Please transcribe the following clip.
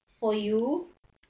for you